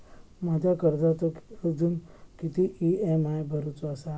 माझ्या कर्जाचो अजून किती ई.एम.आय भरूचो असा?